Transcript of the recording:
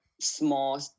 small